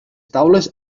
taules